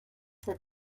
that